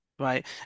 right